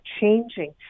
changing